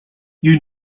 you